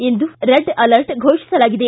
ಇಂದು red alert ಫೋಷಿಸಲಾಗಿದೆ